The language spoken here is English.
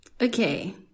okay